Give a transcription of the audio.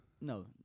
No